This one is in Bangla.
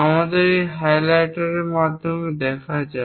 আমাদের একটি হাইলাইটার মাধ্যমে দেখা যাক